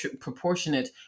proportionate